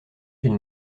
qu’il